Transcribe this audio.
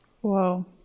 Whoa